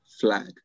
flag